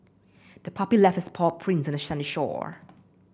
the puppy left its paw prints on the sandy shore